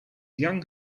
young